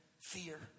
fear